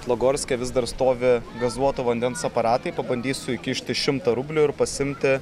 lagorske vis dar stovi gazuoto vandens aparatai pabandysiu įkišti šimtą rublių ir pasiimti